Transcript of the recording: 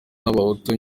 n’abahutu